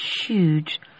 huge